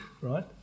right